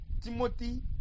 Timothy